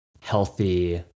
healthy